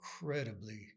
incredibly